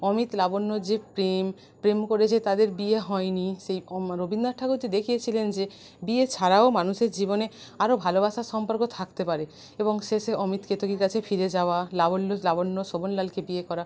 অমিত লাবণ্যর যে প্রেম প্রেম করে যে তাদের বিয়ে হয় নি সেই অমা রবীন্দ্রনাথ ঠাকুর যে দেখিয়েছিলেন যে বিয়ে ছাড়াও মানুষের জীবনে আরো ভালোবাসার সম্পর্ক থাকতে পারে এবং শেষে অমিত কেতকীর কাছে ফিরে যাওয়া লাবণ্য লাবণ্য শোভনলালকে বিয়ে করা